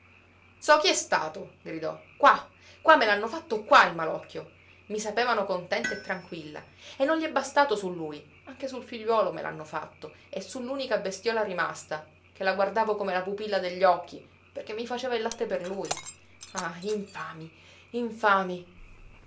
so chi è stato gridò qua qua me l'hanno fatto qua il malocchio i sapevano contenta e tranquilla e non gli è bastato su lui anche sul figliuolo me l'hanno fatto e su l'unica bestiola rimasta che la guardavo come la pupilla degli occhi perché mi faceva il latte per lui ah infami infami